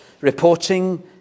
reporting